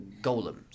golems